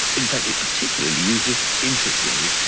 in fact it particularly uses, interestingly,